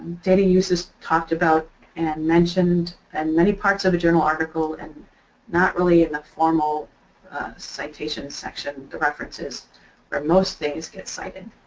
data use is talked about and mentioned and many parts of the journal article and not really in the formal citation section, the references where most things get cited.